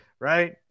right